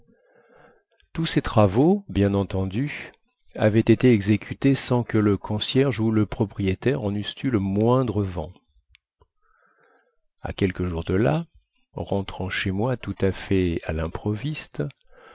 tous ces travaux bien entendu avaient été exécutés sans que le concierge ou le propriétaire en eussent eu le moindre vent à quelques jours de là rentrant chez moi tout à fait à limproviste